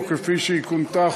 או כפי שהיא כונתה,